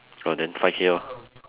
oh then five K lor